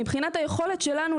מבחינת היכולת שלנו,